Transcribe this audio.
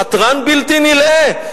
חתרן בלתי נלאה.